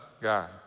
God